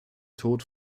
tod